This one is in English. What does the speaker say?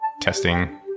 testing